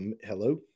hello